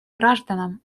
гражданам